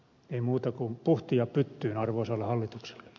ei muuta kuin puhtia pyttyyn arvoisalle hallitukselle